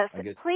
please